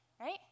right